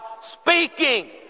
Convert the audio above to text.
speaking